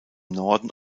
norden